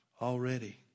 already